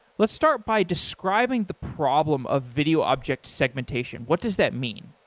let's start by describing the problem of video object segmentation. what does that mean?